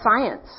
science